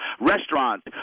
restaurants